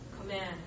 command